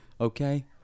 Okay